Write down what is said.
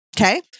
Okay